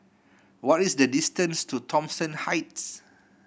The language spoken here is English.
what is the distance to Thomson Heights